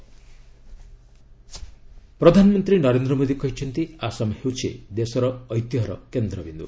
PM Assam ପ୍ରଧାନମନ୍ତ୍ରୀ ନରେନ୍ଦ୍ର ମୋଦି କହିଛନ୍ତି ଆସାମ ହେଉଛି ଦେଶର ଐତିହ୍ୟର କେନ୍ଦ୍ରବିନ୍ଦୁ